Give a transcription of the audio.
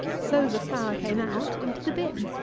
so the flour came out into the bin.